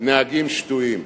"נהגים שתויים".